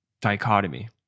dichotomy